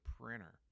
printer